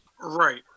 Right